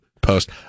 post